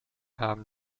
haben